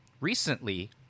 recently